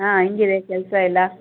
ಹಾಂ ಹೇಗಿದೆ ಕೆಲಸ ಎಲ್ಲ